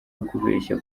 ukubeshya